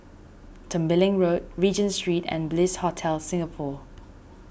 Tembeling Road Regent Street and Bliss Hotel Singapore